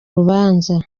rubanza